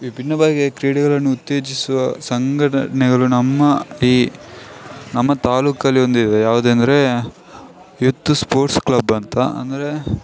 ವಿಭಿನ್ನವಾಗಿ ಕ್ರೀಡೆಗಳನ್ನು ಉತ್ತೇಜಿಸುವ ಸಂಘಟನೆಗಳು ನಮ್ಮ ಈ ನಮ್ಮ ತಾಲೂಕಲ್ಲಿ ಒಂದಿದೆ ಯಾವ್ದೆಂದ್ರೆ ಯುತ್ತು ಸ್ಪೋರ್ಟ್ಸ್ ಕ್ಲಬ್ ಅಂತ ಅಂದರೆ